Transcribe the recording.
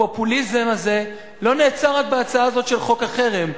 הפופוליזם הזה לא נעצר רק בהצעה הזאת של חוק החרם,